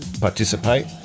participate